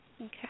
Okay